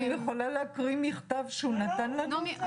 אני יכולה להקריא מכתב שהוא נתן לנו?